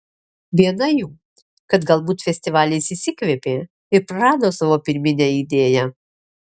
viena jų kad galbūt festivalis išsikvėpė ir prarado savo pirminę idėją